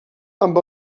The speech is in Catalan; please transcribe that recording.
amb